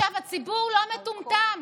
הציבור לא מטומטם.